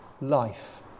life